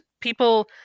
People